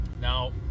Now